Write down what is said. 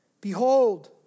Behold